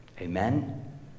Amen